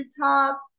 top